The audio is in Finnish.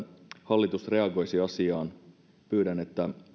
hallitus reagoisi asiaan pyydän että